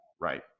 right